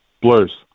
Blues